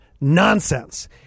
nonsense